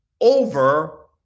over